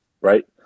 right